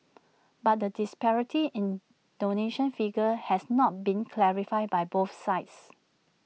but the disparity in donation figures has not been clarified by both sides